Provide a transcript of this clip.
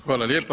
Hvala lijepa.